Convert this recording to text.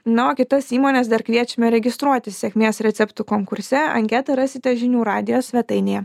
na o kitas įmones dar kviečiame registruotis sėkmės receptų konkurse anketą rasite žinių radijo svetainėje